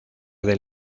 del